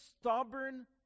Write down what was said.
stubborn